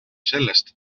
sellest